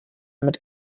mit